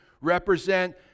represent